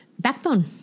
backbone